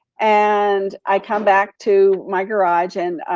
and i come back to my garage and